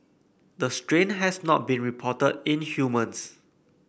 the strain has not been reported in humans